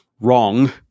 wrong